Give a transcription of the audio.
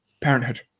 parenthood